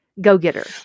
go-getter